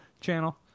channel